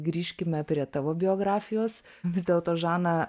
grįžkime prie tavo biografijos vis dėlto žana